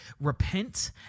Repent